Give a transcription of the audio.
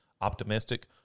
optimistic